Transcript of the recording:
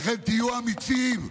לכן תהיו אמיצים.